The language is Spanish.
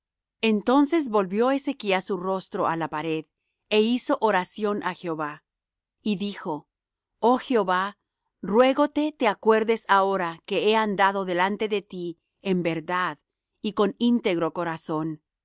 entonces volvió ezechas su rostro á la pared é hizo oración á jehová y dijo oh jehová ruégote te acuerdes ahora que he andado delante de ti en verdad y con íntegro corazón